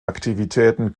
aktivitäten